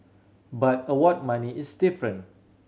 but award money is different